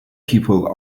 people